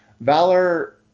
Valor